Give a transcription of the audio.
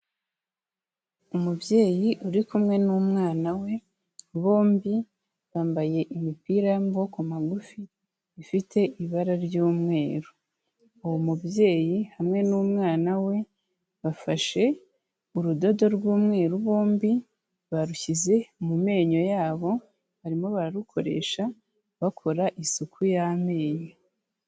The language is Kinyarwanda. Umubyeyi uri kumwe n'umwana we, bombi bambaye imipira y'amaboko magufi ifite ibara ry'umweru, uwo mubyeyi hamwe n'umwana we bafashe urudodo rw'umweru bombi barushyize mu menyo yabo barimo bararukoresha bakora isuku y'amenyo.